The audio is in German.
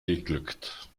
geglückt